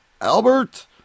Albert